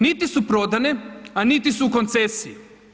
Niti su prodane a niti su u koncesiji.